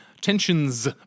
tensions